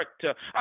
character